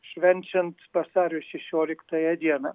švenčiant vasario šešioliktąją dieną